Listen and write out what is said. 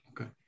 okay